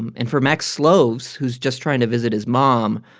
and and for max sloves, who's just trying to visit his mom,